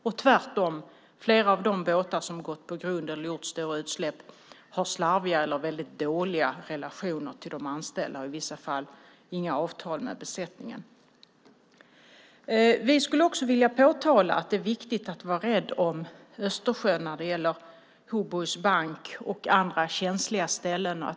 Och tvärtom har flera av de båtar som har gått på grund eller gjort stora utsläpp slarviga eller väldigt dåliga relationer till de anställda och i vissa fall inga avtal med besättningen. Vi skulle också vilja peka på att det är viktigt att vara rädd om Östersjön när det gäller Hoburgs bankar och andra känsliga ställen.